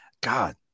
God